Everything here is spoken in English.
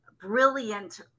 brilliant